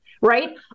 right